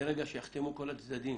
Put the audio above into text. שמרגע שיחתמו כל הצדדים